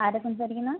ആരാ സംസാരിക്കുന്നത്